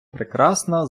прекрасна